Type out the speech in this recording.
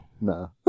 No